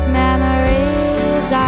memories